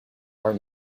are